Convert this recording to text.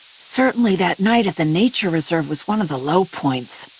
certainly, that night at the nature reserve was one of the low points.